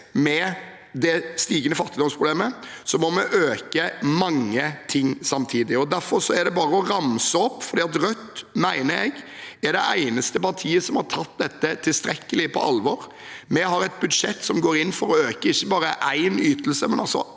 med det stigende fattigdomsproblemet, må vi øke mange ting samtidig. Derfor er det bare å ramse opp, og jeg mener at Rødt er det eneste partiet som har tatt dette tilstrekkelig på alvor. Vi har et budsjett der vi går inn for å øke ikke bare én ytelse, men alle